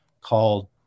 called